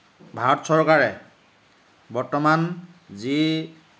ভাৰত চৰকাৰে বৰ্তমান যি